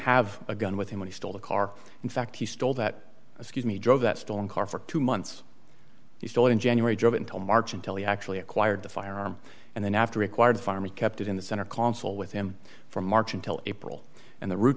have a gun with him when he stole the car in fact he stole that excuse me drove that stolen car for two months he stole in january job until march until he actually acquired the firearm and then after acquired farm he kept it in the center console with him from march until april and the ro